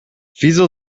wieso